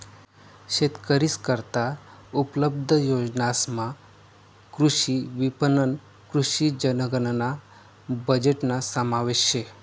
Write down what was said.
शेतकरीस करता उपलब्ध योजनासमा कृषी विपणन, कृषी जनगणना बजेटना समावेश शे